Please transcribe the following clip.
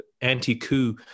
anti-coup